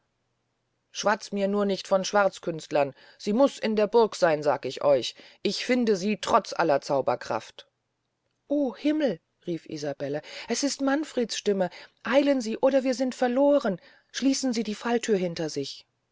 schwazt mir nur nicht von schwarzkünstlern sie muß in der burg seyn sag ich euch ich finde sie trotz aller zauberkraft o himmel rief isabelle es ist manfreds stimme eilen sie oder wir sind verlohren schliessen sie die fallthüre hinter sich